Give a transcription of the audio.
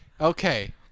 Okay